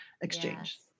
exchange